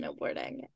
snowboarding